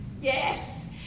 Yes